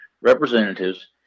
Representatives